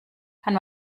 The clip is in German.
kann